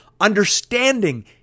Understanding